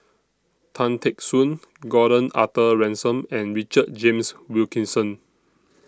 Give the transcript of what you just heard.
Tan Teck Soon Gordon Arthur Ransome and Richard James Wilkinson